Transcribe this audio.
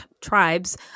tribes